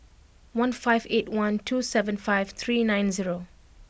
one five eight one two seven five three nine zero